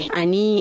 ani